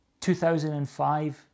2005